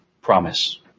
Promise